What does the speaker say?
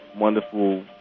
wonderful